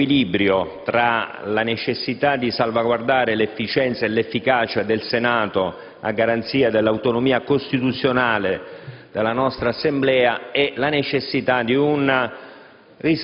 l'equilibrio tra la necessità di salvaguardare l'efficienza e l'efficacia del Senato, a garanzia dell'autonomia costituzionale della nostra Assemblea, e la necessità di un